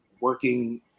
working